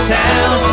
town